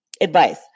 Advice